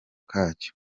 kacyo